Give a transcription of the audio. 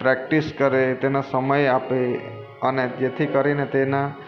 practice કરે તેને સમય આપે અને જેથી કરીને તેના